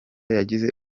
yagize